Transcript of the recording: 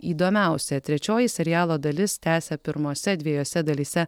įdomiausia trečioji serialo dalis tęsia pirmose dviejose dalyse